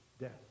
death